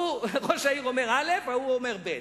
ראש העיר אומר א', ההוא אומר ב'.